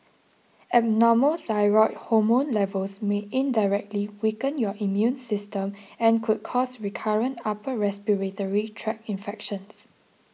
abnormal thyroid hormone levels may indirectly weaken your immune system and could cause recurrent upper respiratory tract infections